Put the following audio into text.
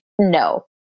no